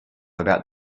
about